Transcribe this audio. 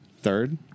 Third